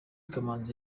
kamanzi